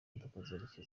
imodoka